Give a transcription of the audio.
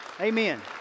amen